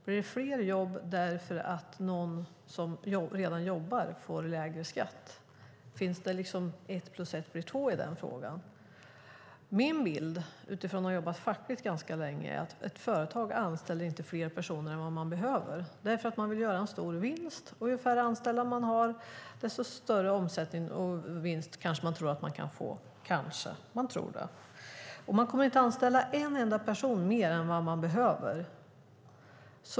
Blir det fler jobb därför att någon som redan jobbar får lägre skatt? Finns det något 1 + 1 = 2 i den frågan? Min bild, utifrån att ha jobbat fackligt ganska länge, är att ett företag inte anställer fler personer än det behöver. Man vill nämligen göra en stor vinst, och ju färre anställda man har desto större vinst tror man kanske att man kan få. Man kommer inte att anställa en enda person mer än man behöver.